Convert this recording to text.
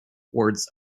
towards